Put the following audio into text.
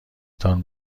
تان